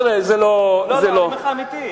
תראה, זה לא, אני אומר לך, אמיתי.